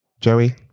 Joey